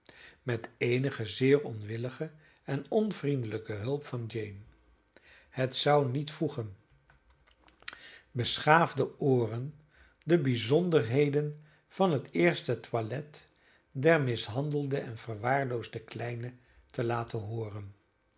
met eenige zeer onwillige en onvriendelijke hulp van jane het zou niet voegen beschaafde ooren de bijzonderheden van het eerste toilet der mishandelde en verwaarloosde kleine te laten hooren